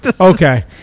Okay